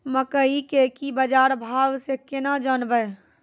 मकई के की बाजार भाव से केना जानवे?